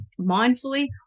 mindfully